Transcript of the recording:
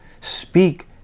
Speak